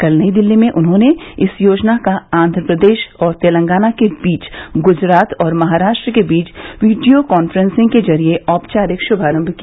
कल नई दिल्ली में उन्होंने इस योजना का आंध्र प्रदेश और तेलंगाना के बीच तथा गुजरात और महाराष्ट्र के बीच वीडिओ कांफ्रेंसिंग के जरिये औपचारिक शुभारंभ किया